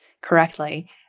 correctly